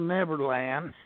Neverland